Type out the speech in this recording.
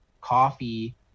coffee